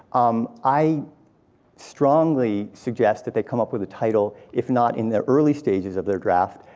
um i strongly suggest that they come up with a title if not in the early stages of their draft,